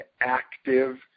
active